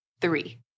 Three